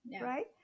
right